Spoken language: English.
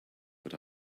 but